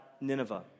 Nineveh